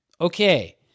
Okay